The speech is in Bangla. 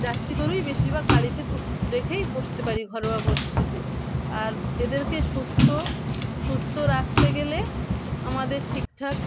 জার্সি গরুই বেশিরভাগ বাড়িতে রেখেই পষতে পারি ঘরোয়া পদ্ধতিতে আর এদেরকে সুস্থ সুস্থ রাখতে গেলে আমাদের ঠিক ঠাক